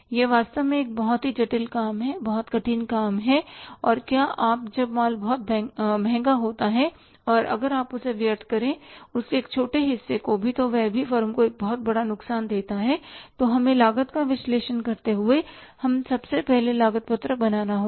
यह वास्तव में बहुत जटिल काम है बहुत कठिन काम है और क्या आप जब माल बहुत महंगा होता है और अगर आप उसे व्यर्थ करेंउसके एक छोटे हिस्से को भी तो वह भी फर्म को एक बहुत बड़ा नुकसान देता है तो हमें लागत का विश्लेषण करते हुए सबसे पहले लागत पत्रक बनाना होगा